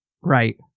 Right